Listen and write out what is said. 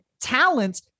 talents